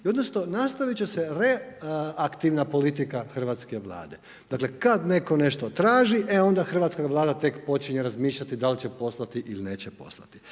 odnosno nastaviti će se reaktivna politika hrvatske Vlade. Dakle kada netko nešto traži e onda hrvatska Vlada tek počinje razmišljati da li će poslati ili neće poslati.